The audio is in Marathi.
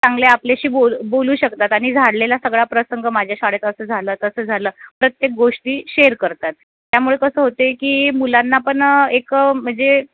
चांगल्या आपल्याशी बोल बोलू शकतात आणि झालेला सगळा प्रसंग माझ्या शाळेत असं झालं तसं झालं प्रत्येक गोष्टी शेअर करतात त्यामुळे कसं होत आहे की मुलांना पण एक म्हणजे